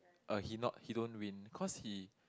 uh he not he don't win cause he